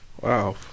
Wow